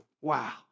Wow